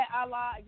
Allah